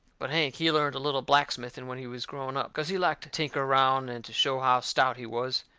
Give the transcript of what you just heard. but hank, he learnt a little blacksmithing when he was growing up, cause he liked to tinker around and to show how stout he was.